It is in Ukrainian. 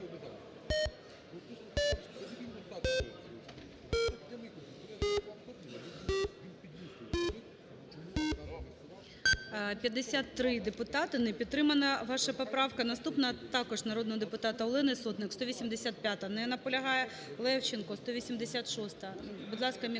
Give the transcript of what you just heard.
53 депутати. Не підтримана ваша поправка. Наступна - також народного депутата Олени Сотник, 185-а. Не наполягає. Левченко, 186-а. Будь ласка, мікрофон.